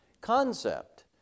concept